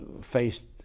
faced